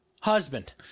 husband